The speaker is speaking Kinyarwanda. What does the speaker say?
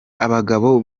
abagabo